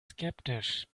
skeptisch